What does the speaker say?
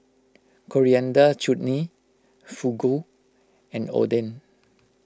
Coriander Chutney Fugu and Oden